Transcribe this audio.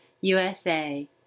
USA